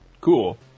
cool